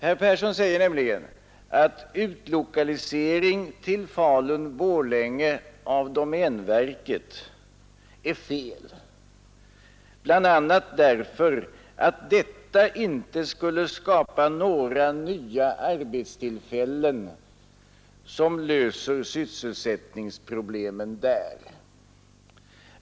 Herr Persson säger nämligen, att en utlokalisering till Falun-Borlänge av domänverket är felaktig bl.a. därför att den inte skulle skapa några nya arbetstillfällen som löser sysselsättningsproblemen där.